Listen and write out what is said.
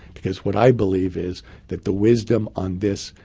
because what i believe is that the wisdom on this,